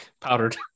Powdered